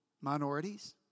minorities